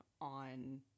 on